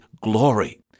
glory